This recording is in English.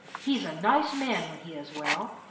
he's a nice man when he is well.